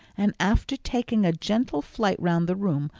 and after taking a gentle flight round the room,